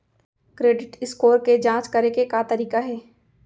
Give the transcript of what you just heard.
Credit score के जाँच करे के का तरीका हे?